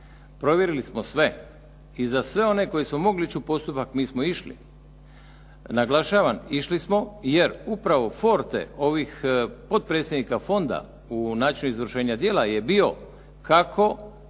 provjerili smo sve i za sve one koji su mogli ići u postupak mi smo išli. Naglašavam, išli smo jer upravo forte ovih potpredsjednika fonda u načinu izvršenja djela je bio kako